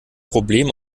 problem